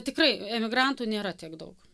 tikrai emigrantų nėra tiek daug